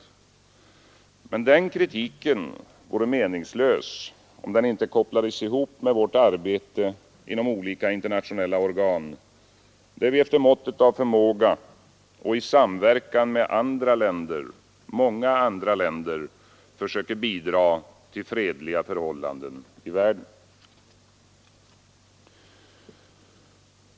Men den kritiken vore meningslös om den inte kopplades ihop med vårt arbete inom olika internationella organ, där vi efter måttet av vår förmåga och i samverkan med många andra länder försöker bidra till fredligare förhållanden i världen.